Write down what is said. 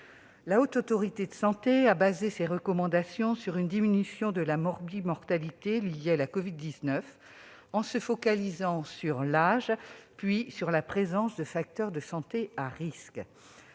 La Haute Autorité de Santé a fondé ses recommandations sur une diminution de la morbi-mortalité liée à la covid-19, en se focalisant sur l'âge, puis sur la présence de facteurs de santé à risque.